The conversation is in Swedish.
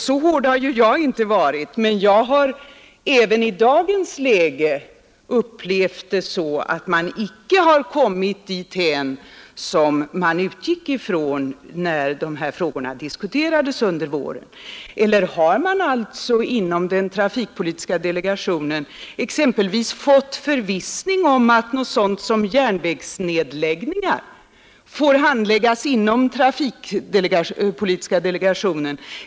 Så hård har ju inte jag varit, men jag har även i dagens läge upplevt det så att man icke har kommit dithän som man utgick ifrån när de här frågorna diskuterades under våren. Eller har man exempelvis inom trafikpolitiska delegationen fått förvissning om att järnvägsnedläggningar får handläggas inom trafikpolitiska delegationen?